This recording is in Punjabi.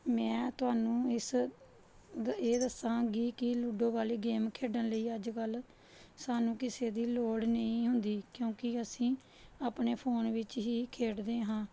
ਮੈਂ ਤੁਹਾਨੂੰ ਇਸ ਦ ਇਹ ਦੱਸਾਂਗੀ ਕਿ ਲੁੱਡੋ ਵਾਲੀ ਗੇਮ ਖੇਡਣ ਲਈ ਅੱਜ ਕੱਲ੍ਹ ਸਾਨੂੰ ਕਿਸੇ ਦੀ ਲੋੜ ਨਹੀਂ ਹੁੰਦੀ ਕਿਉਂਕਿ ਅਸੀਂ ਆਪਣੇ ਫੋਨ ਵਿੱਚ ਹੀ ਖੇਡਦੇ ਹਾਂ